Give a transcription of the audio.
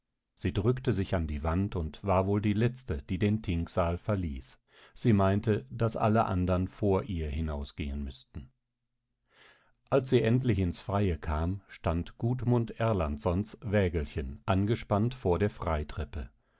sie drückte sich an die wand und war wohl die letzte die den thingsaal verließ sie meinte daß alle andern vor ihr hinausgehen müßten als sie endlich ins freie kam stand gudmund erlandssons wägelchen angespannt vor der